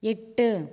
எட்டு